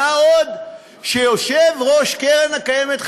מה עוד שיושב-ראש קרן קיימת,